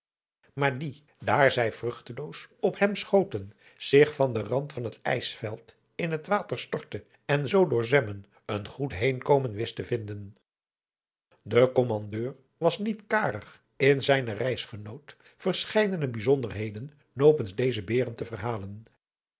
maar die daar zij vruchteloos op hem schoten zich van den rand van het ijsveld in het water stortte en zoo door zwemmen een goed heenkomen wist te vinden de kommandeur was niet karig in zijnen reisgenoot verscheidene bijzonderheden nopens deze beeren te verhalen